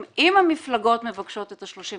אם המפלגות מבקשות את ה-31